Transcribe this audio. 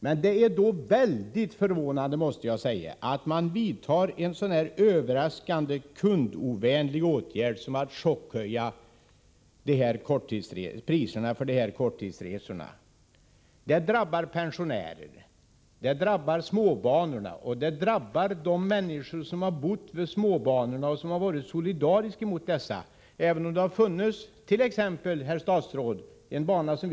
Men då är det mycket förvånande att man vidtar en så överraskande kundovänlig åtgärd som att chockhöja priserna för dessa korta resor. Det drabbar pensionärerna, och det drabbar småbanorna. Och det drabbar de människor som bott vid småbanorna och varit solidariska med dem och — även om det funnits andra resmöjligheter — stött dessa banor.